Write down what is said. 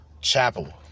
Chapel